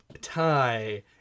tie